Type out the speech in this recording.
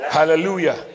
Hallelujah